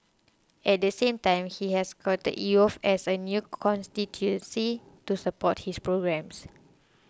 at the same time he has courted youth as a new constituency to support his programmes